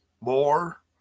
more